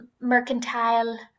mercantile